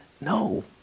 no